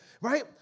right